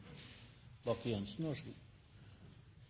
Lien, vær så god.